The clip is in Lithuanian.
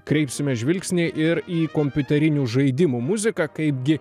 kreipsime žvilgsnį ir į kompiuterinių žaidimų muziką kaipgi